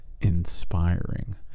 inspiring